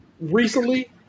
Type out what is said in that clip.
Recently